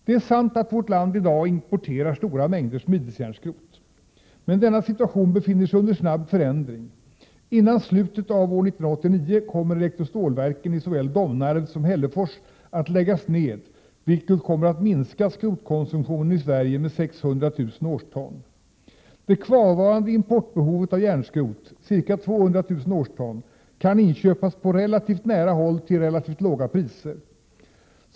Det är sant att vårt land i dag importerar stora mängder smidesjärnskrot. Men denna situation befinner sig under snabb förändring. Före slutet av år 1989 kommer elektrostålverken i såväl Domnarvet som Hällefors att läggas ned, vilket kommer att minska skrotkonsumtionen i Sverige med 600 000 årston. Det kvarvarande importbehovet av järnskrot—ca 200 000 årston — kan inköpas på relativt nära håll till relativt låga priser.